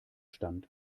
stand